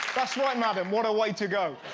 that's right madam, what a way to go!